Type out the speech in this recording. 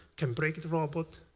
can break the robot,